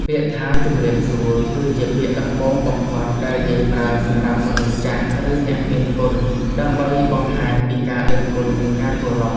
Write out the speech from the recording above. ពាក្យថាជម្រាបសួរគឺជាពាក្យដំបូងបំផុតដែលយើងប្រើសម្រាប់មនុស្សចាស់ឬអ្នកមានគុណដើម្បីបង្ហាញពីការដឹងគុណនិងការគោរព។